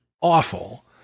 awful